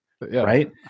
right